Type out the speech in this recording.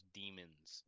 demons